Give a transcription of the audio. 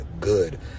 good